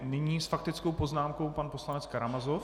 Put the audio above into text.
Nyní s faktickou poznámkou pan poslanec Karamazov.